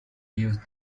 used